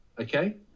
okay